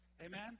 Amen